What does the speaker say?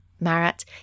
Marat